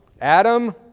Adam